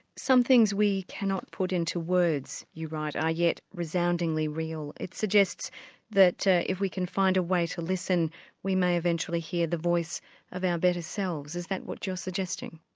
some things we cannot put into words you write, are yet resoundingly real. it suggests that if we can find a way to listen we may eventually hear the voice of our better selves. is that what you're suggesting?